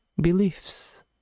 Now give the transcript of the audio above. beliefs